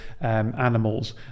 animals